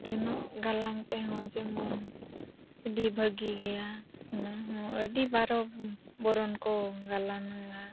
ᱡᱚᱱᱚᱜ ᱜᱟᱞᱟᱝ ᱛᱮᱦᱚᱸ ᱡᱮᱢᱚᱱ ᱟᱹᱰᱤ ᱵᱷᱟᱹᱜᱤ ᱜᱮᱭᱟ ᱚᱱᱟᱦᱚᱸ ᱟᱹᱰᱤ ᱵᱟᱨᱚ ᱵᱚᱨᱚᱱ ᱠᱚ ᱜᱟᱞᱟᱝᱼᱟ